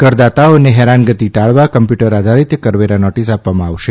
કરદાતાઓને હેરાનગતિ ટાળવા કમ્પ્યુટર આધારીત કરવેરા નોટીસ આપવામાં આવશે